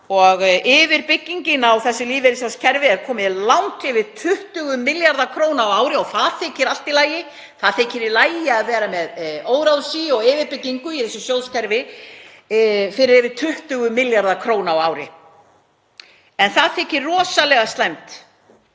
og yfirbyggingin á þessu lífeyrissjóðakerfi er komin langt yfir 20 milljarða kr. á ári og það þykir allt í lagi. Það þykir í lagi að vera með óráðsíu og yfirbyggingu í þessu sjóðakerfi fyrir yfir 20 milljarða kr. á ári en það þykir rosalega slæmt